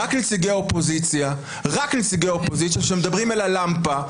רק נציגי האופוזיציה רק נציגי האופוזיציה שמדברים אל הלמפה.